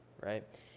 right